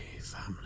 family